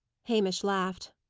hamish laughed.